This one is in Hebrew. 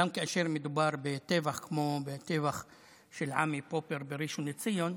גם כאשר מדובר בטבח כמו הטבח של עמי פופר בראשון לציון,